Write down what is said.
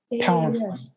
Powerful